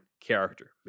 character